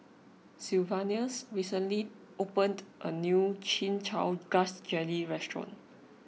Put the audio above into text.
Sylvanus recently opened a new Chin Chow Grass Jelly restaurant